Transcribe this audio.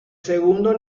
segundo